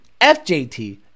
FJT